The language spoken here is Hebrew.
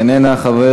אינה נוכחת,